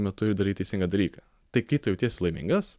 metu ir darai teisingą dalyką tai kai tu jautiesi laimingas